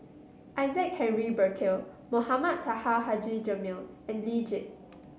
Isaac Henry Burkill Mohamed Taha Haji Jamil and Lee Tjin